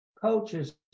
coaches